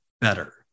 better